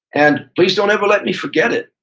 and please don't ever let me forget it.